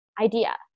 idea